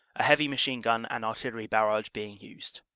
a heavy machine-gun and artillery barrage being used.